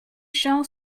shall